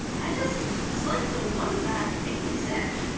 i just dislike the ones that make me sick.